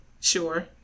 Sure